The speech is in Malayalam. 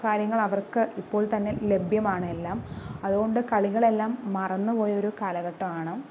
കാര്യങ്ങള് അവര്ക്ക് ഇപ്പോള് തന്നെ ലഭ്യമാണ് എല്ലാം അതുകൊണ്ട് കളികള് എല്ലാം മറന്നുപോയ ഒരു കാലഘട്ടമാണ്